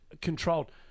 controlled